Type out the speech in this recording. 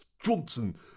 Johnson